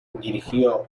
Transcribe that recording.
dirigió